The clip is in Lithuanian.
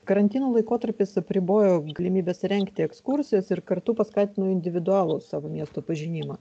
karantino laikotarpis apribojo galimybes rengti ekskursijas ir kartu paskatino individualų savo miesto pažinimą